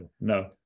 no